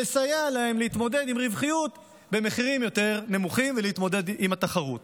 נסייע להם להתמודד עם רווחיות במחירים יותר נמוכים ולהתמודד עם התחרות.